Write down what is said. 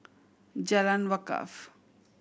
Jalan Wakaff